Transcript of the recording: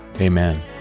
amen